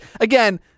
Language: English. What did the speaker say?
Again